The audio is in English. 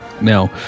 Now